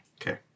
Okay